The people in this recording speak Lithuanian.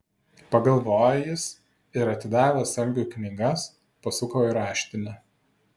pagalvojo jis ir atidavęs algiui knygas pasuko į raštinę